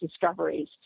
discoveries